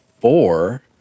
four